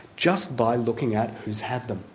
just by looking at who's had them.